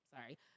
Sorry